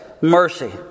mercy